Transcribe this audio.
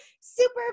super